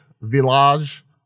Village